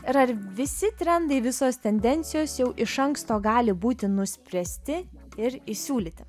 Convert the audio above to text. ir ar visi trendai visos tendencijos jau iš anksto gali būti nuspręsti ir įsiūlyti